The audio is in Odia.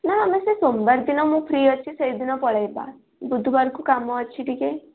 ନା ଆମେ ସେଇ ସୋମବାର ଦିନ ମୁଁ ଫ୍ରୀ ଅଛି ସେହିଦିନ ପଳାଇବା ବୁଧବାରକୁ କାମ ଅଛି ଟିକେ